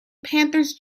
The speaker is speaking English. panthers